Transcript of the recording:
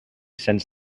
cents